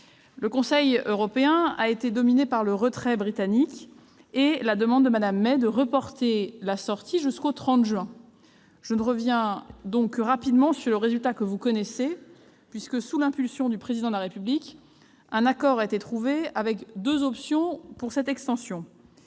Le Conseil européen a effectivement été dominé par le retrait britannique et la demande de Mme May de reporter la sortie jusqu'au 30 juin. Je ne reviens que rapidement sur le résultat, que vous connaissez. Sous l'impulsion du Président de la République, un accord a été trouvé, avec deux options pour cette extension